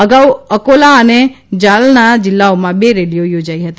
અગાઉ અકોલા અને જાલના જિલ્લાઓમાં બે રેલીઓ યોજાઇ હતી